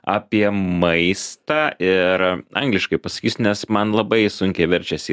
apie maistą ir angliškai pasakysiu nes man labai sunkiai verčiasi